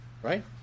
Right